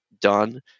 done